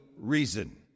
reason